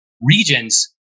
regions